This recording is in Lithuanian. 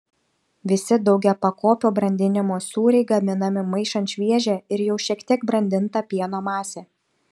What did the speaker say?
visi daugiapakopio brandinimo sūriai gaminami maišant šviežią ir jau šiek tiek brandintą pieno masę